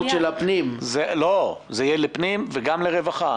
מר אביגדור קפלן מנכ"ל משרד הרווחה,